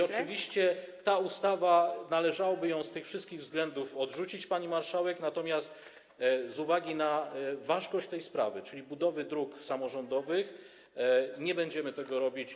Oczywiście ten projekt ustawy należałoby z tych wszystkich względów odrzucić, pani marszałek, natomiast z uwagi na ważkość tej sprawy, czyli budowy dróg samorządowych, nie będziemy tego robić.